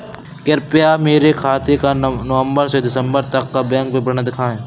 कृपया मेरे खाते का नवम्बर से दिसम्बर तक का बैंक विवरण दिखाएं?